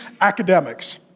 academics